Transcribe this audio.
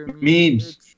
memes